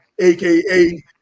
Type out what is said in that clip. aka